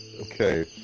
Okay